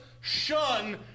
shun